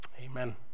amen